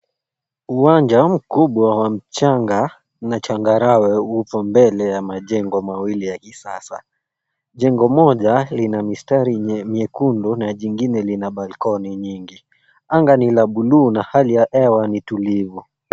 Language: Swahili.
Uwanja mkubwa wa mchanga na changarawe upo mbele ya majengo mawili ya kisasa. Jengo moja lina mistari miekundu na jingine lina balkoni nyingi. Anga ni la buluu na hali ya hewa ni tulivu.